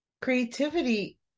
creativity